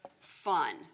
fun